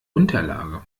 unterlage